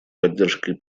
поддержкой